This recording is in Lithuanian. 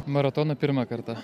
maratoną pirmą kartą